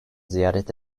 ziyaret